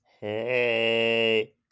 Hey